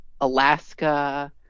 alaska